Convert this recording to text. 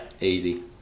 easy